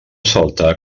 saltar